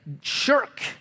shirk